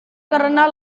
karena